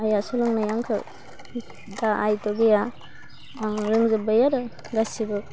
आइआ सोलोंनाय आंखो दा आइबो गैया आं रोंजोब्बाय आरो गासिबो